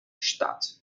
stadt